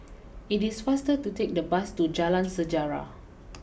it is faster to take the bus to Jalan Sejarah